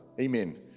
Amen